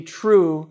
true